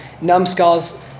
numbskulls